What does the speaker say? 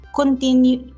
continue